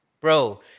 Bro